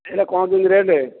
ହେଲେ କ'ଣ କେମିତି ରେଟ୍